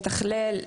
לתכלל.